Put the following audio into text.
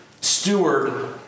steward